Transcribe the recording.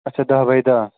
اچھا داہ بَے داہ